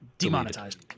Demonetized